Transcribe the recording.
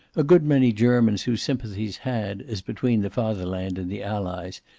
a good many germans whose sympathies had, as between the fatherland and the allies,